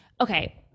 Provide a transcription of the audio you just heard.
okay